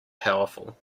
powerful